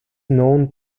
known